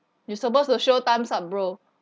you're supposed to show time's up bro